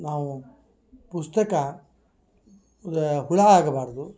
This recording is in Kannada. ನಾವು ಪುಸ್ತಕ ದ ಹುಳ ಆಗ್ಬಾರದು